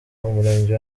umurenge